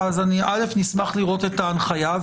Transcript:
א', נשמח לראות את ההנחיה.